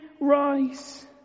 rise